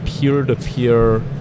peer-to-peer